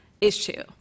issue